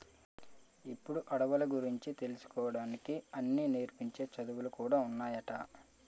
ఇప్పుడు అడవుల గురించి తెలుసుకోడానికి అన్నీ నేర్పించే చదువులు కూడా ఉన్నాయట